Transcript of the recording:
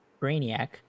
Brainiac